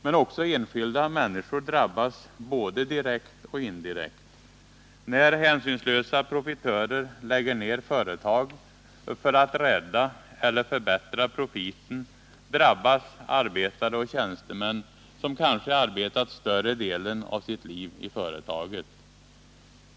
Men också enskilda människor drabbas både direkt och indirekt. När hänsynslösa profitörer lägger ner företag för att rädda eller förbättra profiten, drabbas arbetare och tjänstemän som kanske arbetat större delen av sitt liv i företaget.